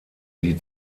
die